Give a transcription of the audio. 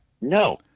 no